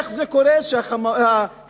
איך קורה שההתנחלויות